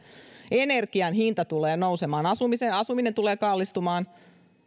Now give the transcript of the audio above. energian hinta tulee nousemaan asuminen tulee kallistumaan